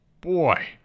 boy